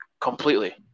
completely